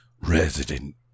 Resident